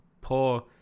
poor